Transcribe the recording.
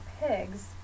pigs